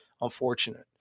unfortunate